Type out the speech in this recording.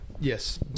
Yes